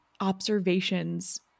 observations